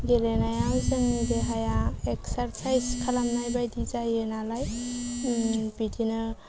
गेलेनाया जोंनि देहाया एक्सारसाइज खालामनाय बायदि जायो नालाय बिदिनो